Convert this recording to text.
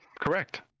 correct